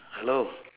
hello